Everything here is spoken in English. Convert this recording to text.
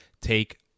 take